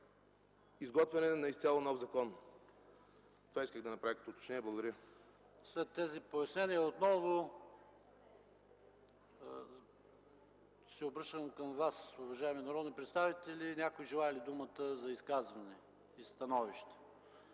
изготвяне на изцяло нов закон. Това исках да направя като уточнение. Благодаря. ПРЕДСЕДАТЕЛ ПАВЕЛ ШОПОВ: След тези пояснения отново се обръщам към Вас, уважаеми народни представители, някой желае ли думата за изказване и становище?